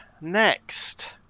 Next